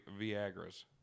Viagra's